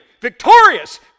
victorious